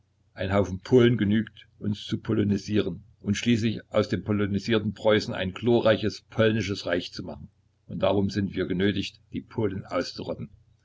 ein haufen polen genügt uns zu polonisieren und schließlich aus dem polonisierten preußen ein glorreiches polnisches reich zu machen und darum sind wir genötigt die polen auszurotten